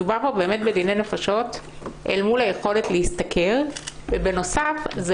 מדובר כאן באמת בדיני נפשות אל מול היכולת להשתכר ובנוסף זה